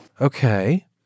Okay